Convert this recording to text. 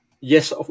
Yes